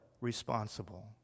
responsible